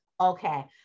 Okay